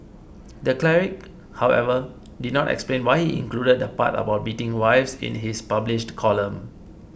the cleric however did not explain why he included the part about beating wives in his published column